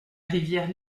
rivière